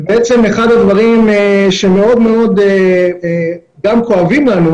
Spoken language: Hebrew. ובעצם אחד הדברים שגם מאוד כואבים לנו